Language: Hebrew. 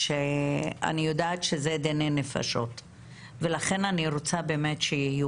אני יודעת שזה דיני נפשות ולכן אני רוצה באמת שיהיו